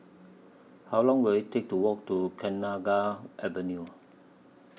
How Long Will IT Take to Walk to Kenanga Avenue